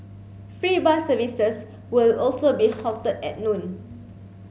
free bus services will also be halted at noon